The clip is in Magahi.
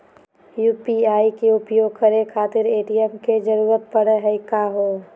यू.पी.आई के उपयोग करे खातीर ए.टी.एम के जरुरत परेही का हो?